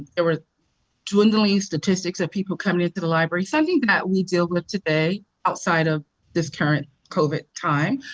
there were dwindling statistics of people coming into the library, something that we deal with today outside of this current covid time,